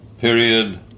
period